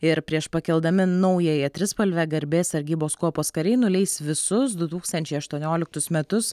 ir prieš pakeldami naująją trispalvę garbės sargybos kuopos kariai nuleis visus du tūkstančiai aštuonioliktus metus